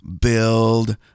build